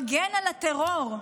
מגן על הטרור.